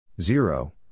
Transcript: zero